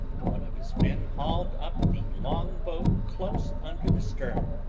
one of his men hauled up the long-boat close under the stern,